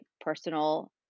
personal